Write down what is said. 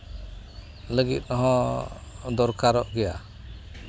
ᱞᱟᱹᱜᱤᱫ ᱦᱚᱸ ᱫᱚᱨᱠᱟᱨᱚᱜ ᱜᱮᱭᱟ